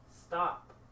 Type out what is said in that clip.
stop